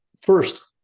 first